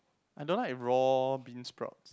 I don't like raw beansprout